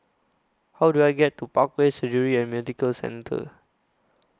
How Do I get to Parkway Surgery and Medical Centre